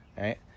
right